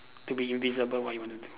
to be invisible what you want to do